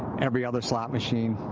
every other slot machine,